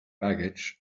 baggage